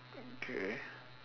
okay